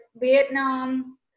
Vietnam